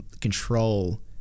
control